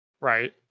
Right